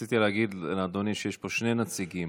רציתי להגיד לאדוני שיש פה שני נציגים,